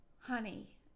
honey